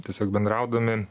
tiesiog bendraudami